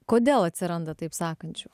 kodėl atsiranda taip sakančių